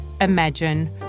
imagine